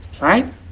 right